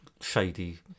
shady